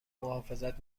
محافظت